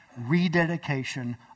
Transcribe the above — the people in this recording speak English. rededication